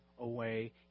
away